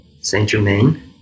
Saint-Germain